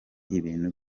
ibintu